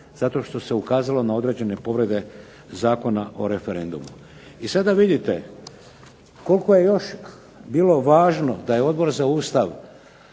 zato što se ukazalo na određene povrede Zakona o referendumu. I sada vidite koliko je još bilo važno da je Odbor za Ustav